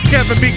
Kevin